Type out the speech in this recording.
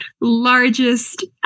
largest